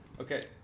Okay